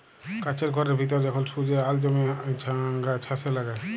কাছের ঘরের ভিতরে যখল সূর্যের আল জ্যমে ছাসে লাগে